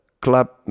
club